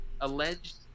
alleged